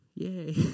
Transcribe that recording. Yay